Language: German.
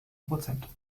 prozent